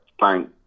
thank